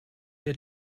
der